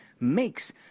makes